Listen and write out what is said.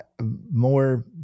more